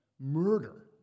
Murder